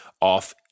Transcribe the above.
off